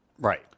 Right